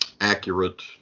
accurate